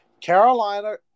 Carolina